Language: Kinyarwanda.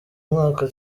mwaka